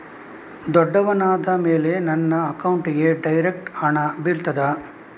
ದೊಡ್ಡವನಾದ ಮೇಲೆ ನನ್ನ ಅಕೌಂಟ್ಗೆ ಡೈರೆಕ್ಟ್ ಹಣ ಬೀಳ್ತದಾ?